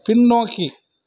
பின்னோக்கி